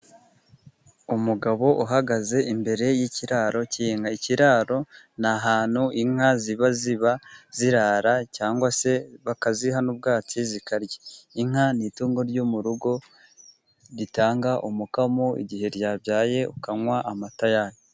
Umugabo uhagaze imbere y'ikiraro cy'inka. Ikiraro ni ahantu inka ziba zirara cyangwa se bakaziha n'ubwatsi zikarya. Inka ni itungo ryo mu rugo, ritanga umukamo igihe ryabyaye ukanywa amata yaryo.